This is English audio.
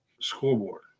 scoreboard